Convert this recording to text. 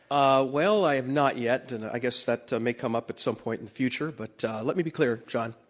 ah well, i have not yet. and i guess that may come up at some point in the future. but let me be clear, john,